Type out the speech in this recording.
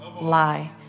lie